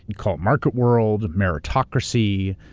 call it market world, meritocracy.